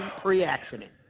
Pre-accident